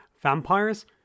Vampires